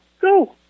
Go